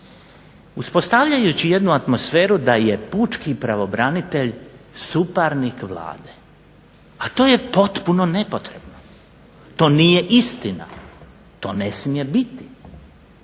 Uspostavljajući jednu atmosferu da je pučkog pravobranitelja suparnik Vlade, a to je potpuno nepotrebno. To nije istina. To ne smije biti.